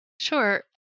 Sure